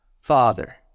Father